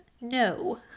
no